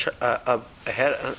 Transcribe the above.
ahead